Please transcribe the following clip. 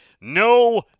No